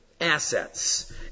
assets